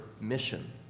mission